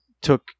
took